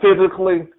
physically